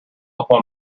upon